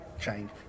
change